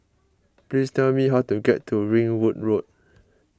please tell me how to get to Ringwood Road